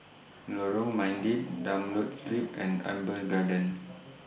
Lorong Mydin Dunlop Street and Amber Gardens